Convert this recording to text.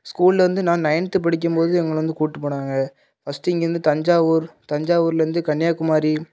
ஸ்கூலில் இருந்து நான் நைன்த்து படிக்கும் போது எங்களை வந்து கூப்ட்டு போனாங்க ஃபஸ்ட்டு இங்கே இருந்து தஞ்சாவூர் தஞ்சாவூரில் இருந்து கன்னியாகுமாரி